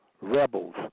rebels